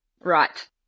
Right